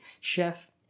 chef